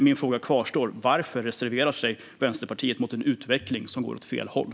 Min fråga kvarstår. Varför reserverar sig Vänsterpartiet mot en utveckling som går åt fel håll?